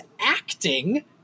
acting